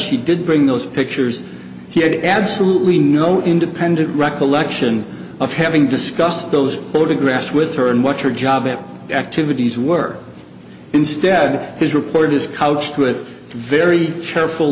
she did bring those pictures he had absolutely no independent recollection of having discussed those photographs with her and what her job and activities were instead his report is couched with very careful